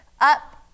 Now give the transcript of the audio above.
up